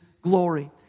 Glory